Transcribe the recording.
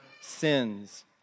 sins